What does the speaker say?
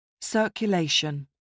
Circulation